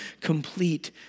complete